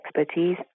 expertise